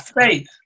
faith